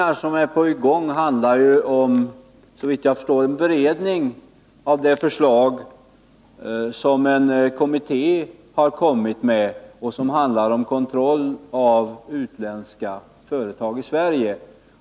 Vad som pågår är, såvitt jag förstår, beredning av de förslag som en kommitté lagt fram och som handlar om kontroll av utländska företag i Sverige.